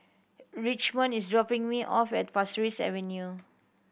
Richmond is dropping me off at Pasir Ris Avenue